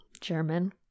German